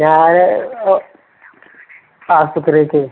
ഞാൻ ഓ ആശുപത്രിയിലേക്ക്